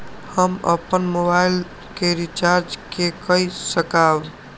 हम अपन मोबाइल के रिचार्ज के कई सकाब?